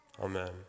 amen